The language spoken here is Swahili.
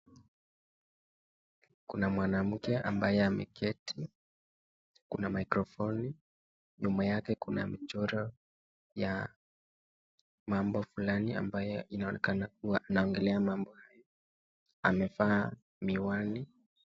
Kuna mwanamke ambaye ameketi. Kuna mikrofoni , nyuma yake kuna mchoro ya mambo fulani ambayo inaonekana kuwa inaongelelea mambo. Amevaa miwani.